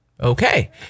okay